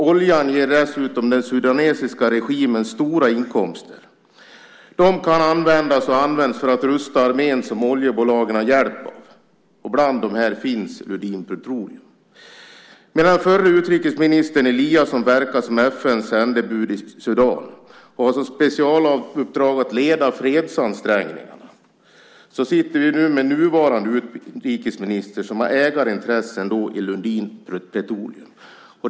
Oljan ger dessutom den sudanesiska regimen stora inkomster. De kan användas, och används, till att rusta armén, som oljebolagen har hjälp av. Bland dessa finns Lundin Petroleum. Medan den förre utrikesministern Eliasson verkar som FN:s sändebud i Sudan och har som ett specialuppdrag att leda fredsansträngningarna sitter vi med den nuvarande utrikesministern som har ägarintressen i Lundin Petroleum.